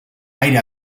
aire